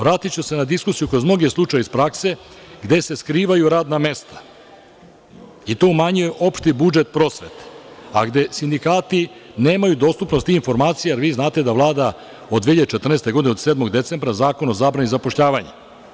Vratiću se kroz diskusiju, kroz mnoge slučajeve iz prakse, gde se skrivaju radna mesta i to umanjuje opšti budžet prosvete, a gde sindikati nemaju dostupnost informacija, jer vi znate da Vlada od 2014. godine, od 7. decembra Zakon o zabrani zapošljavanja.